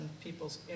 people's